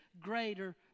greater